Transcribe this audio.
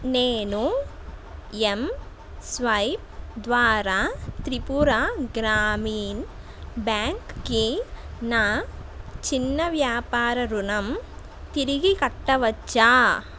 నేను ఎంస్వైప్ ద్వారా త్రిపుర గ్రామీణ బ్యాంక్కి నా చిన్న వ్యాపార రుణం తిరిగి కట్టవచ్చా